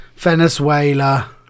Venezuela